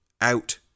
out